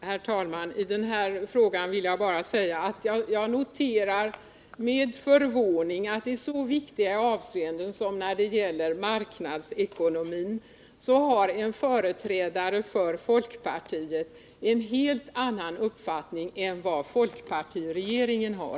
Herr talman! I den här frågan vill jag bara säga att jag med förvåning noterar att en företrädare för folkpartiet i så viktiga avseenden som när det gäller marknadsekonomin har en helt annan uppfattning än vad folkpartiregeringen har.